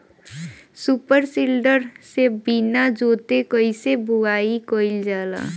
Super seeder से बीना जोतले कईसे बुआई कयिल जाला?